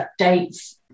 updates